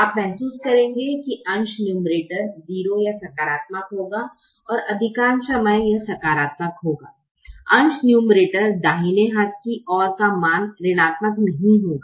आप महसूस करेंगे कि अंश 0 या सकारात्मक होगा और अधिकांश समय यह सकारात्मक होगा अंश दाहिने हाथ की ओर का मान ऋणात्मक नहीं होगा